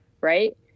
Right